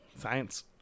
Science